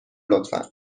لطفا